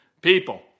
people